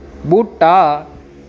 बूह्टा